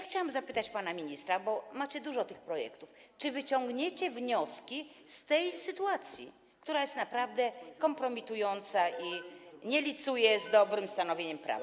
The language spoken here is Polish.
Chciałam zapytać pana ministra, bo macie dużo tych projektów, czy wyciągniecie wnioski z tej sytuacji, która jest naprawdę kompromitująca i nie licuje z dobrym stanowieniem prawa.